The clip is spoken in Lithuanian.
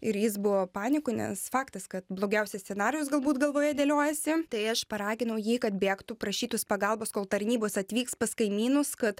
ir jis buvo panikoj nes faktas kad blogiausias scenarijus galbūt galvoje dėliojasi tai aš paraginau jį kad bėgtų prašytųs pagalbos kol tarnybos atvyks pas kaimynus kad